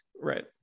Right